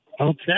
Okay